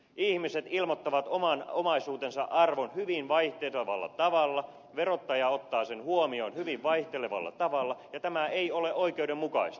ihmiset ilmoittavat oman omaisuutensa arvon hyvin vaihtelevalla tavalla verottaja ottaa sen huomioon hyvin vaihtelevalla tavalla ja tämä ei ole oikeudenmukaista